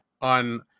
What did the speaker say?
on